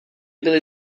byli